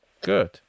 Good